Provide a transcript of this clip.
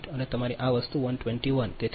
8 તમારી આ વસ્તુ 121